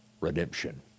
redemption